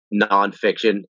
nonfiction